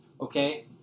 Okay